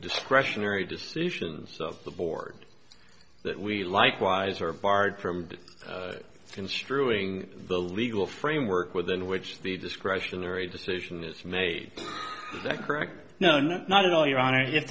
discretionary decisions of the board that we likewise are barred from construing the legal framework within which the discretionary decision is made that correct no no not at all your honor if